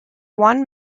one